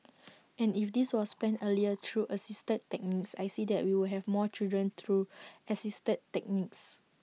and if this was planned earlier through assisted techniques I see that we would have more children through assisted techniques